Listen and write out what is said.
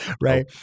right